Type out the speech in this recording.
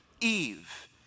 Eve